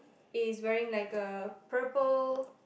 is wearing like a purple